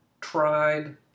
tried